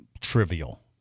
trivial